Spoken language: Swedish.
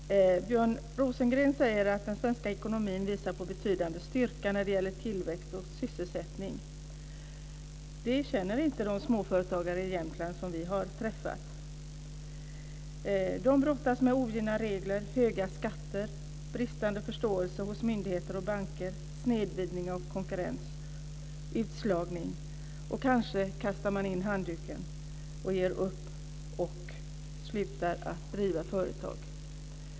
Fru talman! Björn Rosengren säger att den svenska ekonomin visar på betydande styrka när det gäller tillväxt och sysselsättning. Det känner inte de småföretagare i Jämtland som vi har träffat. De brottas med ogina regler, höga skatter, bristande förståelse hos myndigheter och banker, snedvridning av konkurrens och utslagning. Kanske kastar man in handduken och slutar att driva företag.